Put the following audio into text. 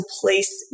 place